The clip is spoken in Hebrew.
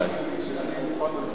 אני מוכן ללכת לוועדה.